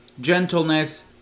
gentleness